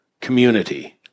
community